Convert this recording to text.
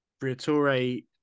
Briatore